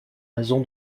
raison